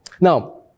Now